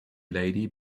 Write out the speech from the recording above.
lady